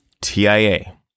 TIA